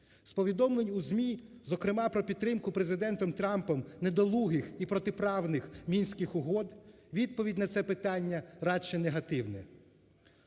повідомлень у ЗМІ, зокрема про підтримку Президентом Трампом недолугих і протиправних Мінських угод, відповідь на це питання радше негативна.